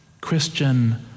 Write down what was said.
Christian